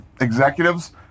executives